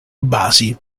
basi